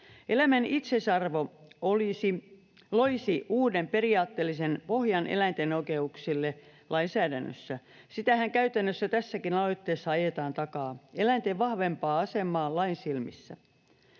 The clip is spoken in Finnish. Eläimen itseisarvo loisi uuden periaatteellisen pohjan eläinten oikeuksille lainsäädännössä. Sitähän käytännössä tässäkin aloitteessa ajetaan takaa: eläinten vahvempaa asemaa lain silmissä.